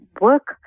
work